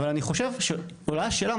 אבל אני חושב שעולה השאלה,